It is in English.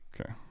Okay